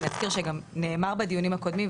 אני אזכיר שגם נאמר בדיונים הקודמים,